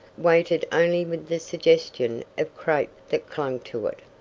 weighted only with the suggestion of crepe that clung to it.